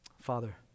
Father